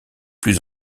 plus